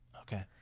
okay